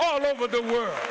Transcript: all over the world